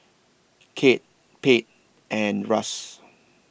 Kate Pate and Russ